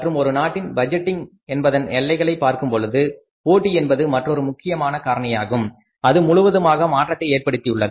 மற்றும் ஒரு நாட்டின் பட்ஜெட்டிங் என்பதன் எல்லைகளை பார்க்கும்பொழுது போட்டி என்பது மற்றொரு முக்கியமான காரணியாகும் அது முழுவதுமாக மாற்றத்தை ஏற்படுத்தியுள்ளது